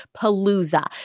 palooza